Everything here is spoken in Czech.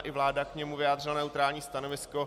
I vláda k němu vyjádřila neutrální stanovisko.